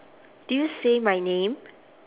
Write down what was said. did you say my name